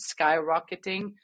skyrocketing